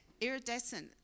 iridescent